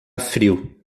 frio